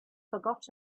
forgot